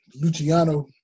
Luciano